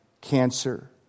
cancer